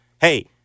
hey